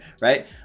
right